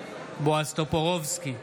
בועז טופורובסקי,